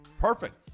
Perfect